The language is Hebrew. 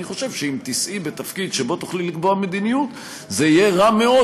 אני חושב שאם תישאי בתפקיד שבו תוכלי לקבוע מדיניות זה יהיה רע מאוד,